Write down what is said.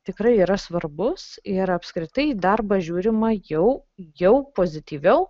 tikrai yra svarbus ir apskritai į darbą žiūrima jau jau pozityviau